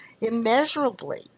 immeasurably